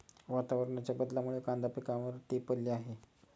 वातावरणाच्या बदलामुळे कांदा पिकावर ती पडली आहे